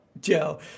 Joe